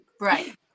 Right